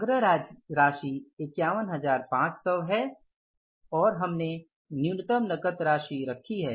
संग्रह राशि 51500 है और हमने न्यूनतम नकद राशि रखी है